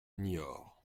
niort